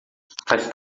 faz